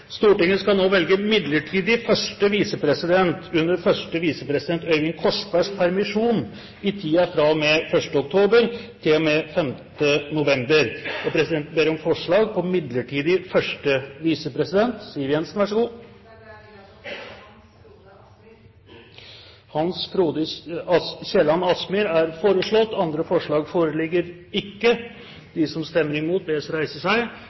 Stortinget skal nå velge midlertidig første visepresident under første visepresident Øyvind Korsbergs permisjon i tiden fra og med 1. oktober til og med 5. november. Presidenten ber om forslag på midlertidig første visepresident. Jeg tillater meg å foreslå Hans Frode Kielland Asmyhr. Hans Frode Kielland Asmyhr er foreslått som midlertidig første visepresident. – Andre forslag foreligger